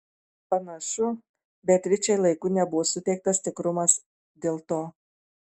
panašu beatričei laiku nebuvo suteiktas tikrumas dėl to